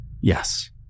Yes